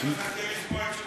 אני מחכה לשמוע את תשובתך.